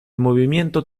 movimiento